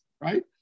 right